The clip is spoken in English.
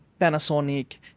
Panasonic